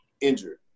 injured